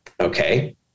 Okay